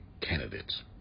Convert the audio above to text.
candidates